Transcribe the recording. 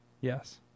Yes